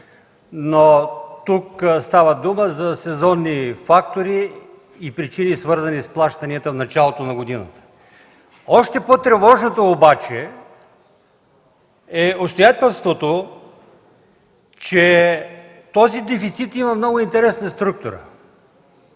но тук става дума за сезонни фактори и причини, свързани с плащанията в началото на годината. Още по-тревожно обаче е обстоятелството, че този дефицит има много интересна структура.